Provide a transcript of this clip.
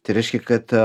tai reiškia kad